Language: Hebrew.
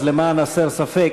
אז למען הסר ספק,